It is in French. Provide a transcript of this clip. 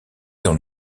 dans